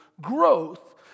growth